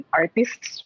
artists